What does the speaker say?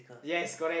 yes correct